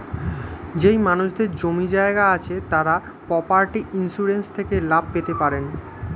যেই মানুষদের জমি জায়গা আছে তারা প্রপার্টি ইন্সুরেন্স থেকে লাভ পেতে পারেন